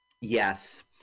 Yes